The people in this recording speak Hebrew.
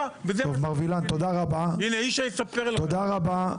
--- תודה רבה.